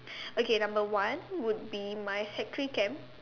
okay number one would be my sec three camp